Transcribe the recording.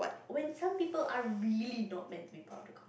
when some people are really not meant to be part of the con